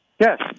Yes